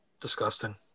Disgusting